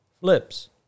Flip's